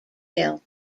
killed